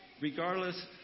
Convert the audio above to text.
regardless